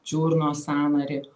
čiurnos sąnarį